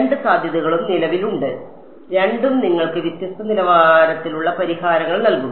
രണ്ട് സാധ്യതകളും നിലവിലുണ്ട് രണ്ടും നിങ്ങൾക്ക് വ്യത്യസ്ത നിലവാരത്തിലുള്ള പരിഹാരങ്ങൾ നൽകും